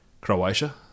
Croatia